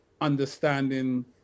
understanding